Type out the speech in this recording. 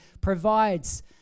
provides